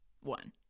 one